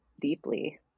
deeply